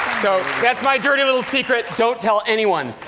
so that's my dirty little secret. don't tell anyone.